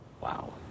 Wow